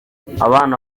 abana